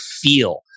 feel